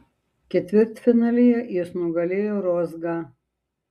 ketvirtfinalyje jis nugalėjo rozgą